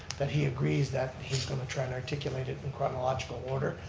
that he agrees that he's going to try and articulate it in chronological order,